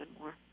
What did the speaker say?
more